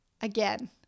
again